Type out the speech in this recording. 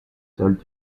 told